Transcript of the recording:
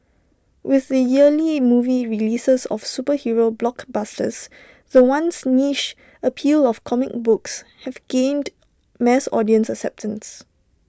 with the yearly movie releases of superhero blockbusters the once niche appeal of comic books has gained mass audience acceptance